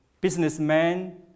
businessman